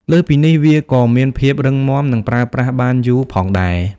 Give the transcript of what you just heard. លើសពីនេះ វាក៏មានភាពរឹងមាំ និងប្រើប្រាស់បានយូរផងដែរ។